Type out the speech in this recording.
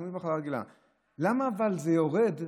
למה זה יורד?